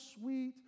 sweet